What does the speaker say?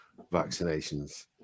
vaccinations